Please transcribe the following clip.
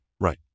Right